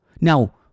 Now